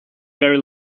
very